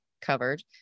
covered